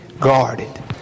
guarded